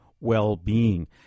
well-being